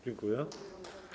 Dziękuję.